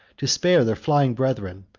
to spare their flying brethren,